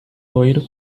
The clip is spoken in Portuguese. loiro